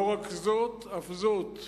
לא רק זאת, אף זאת,